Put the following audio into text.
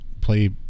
play